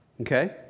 Okay